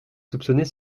soupçonner